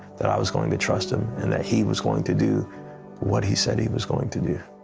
that i was going to trust him, and that he was going to do what he said he was going to do.